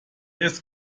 erst